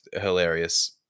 hilarious